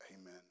amen